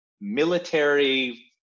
military